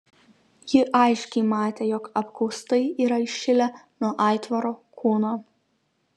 ji aiškiai matė jog apkaustai yra įšilę nuo aitvaro kūno